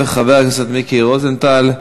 חבר הכנסת מיקי רוזנטל.